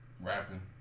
rapping